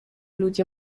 ludzie